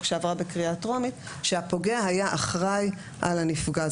שעברה בקריאה טרומית שהפוגע היה אחראי על הנפגע.